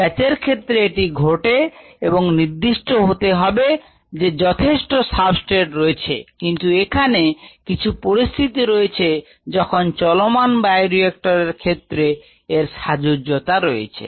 ব্যাচের ক্ষেত্রে এটি ঘটে এবং নিশ্চিত হতে হবে যে যথেষ্ট সাবস্ট্রেট হয়েছে কিন্ত এখানে কিছু পরিস্থিতি রয়েছে যখন চলমান বায়োরিক্টর এর ক্ষেত্রে এর সাজুর্জতা রয়েছে